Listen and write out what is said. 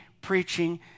preaching